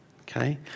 Okay